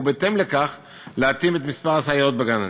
ובהתאם לכך להתאים את מספר הסייעות בגנים.